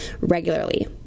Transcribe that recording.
regularly